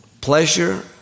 pleasure